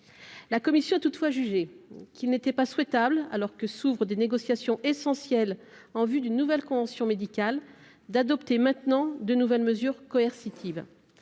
La commission a toutefois jugé qu'il n'était pas souhaitable, alors que s'ouvrent des négociations essentielles en vue d'une nouvelle convention médicale, d'adopter maintenant de nouvelles mesures coercitives.